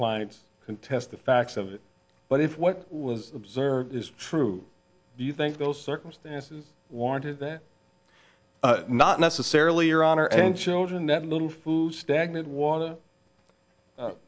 clients and test the facts of it but if what was observed is true do you think those circumstances warranted that not necessarily your honor and children that little stagnant water